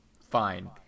Fine